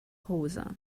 rosa